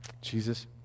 Jesus